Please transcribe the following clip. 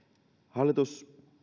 hallitus